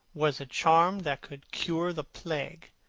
was a charm that could cure the plague.